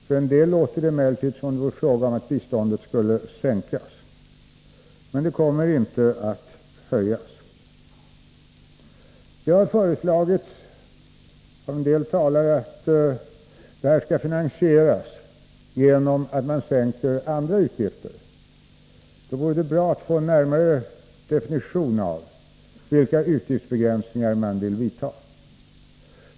På en del låter det som om det var fråga om att biståndet skulle sänkas, men det kommer alltså inte att höjas. Det har föreslagits av en del talare att en ökning av u-landsbiståndet skall finansieras genom att man minskar andra utgifter. Då vore det bra att få en närmare definition av vilka utgiftsbegränsningar man vill vidta.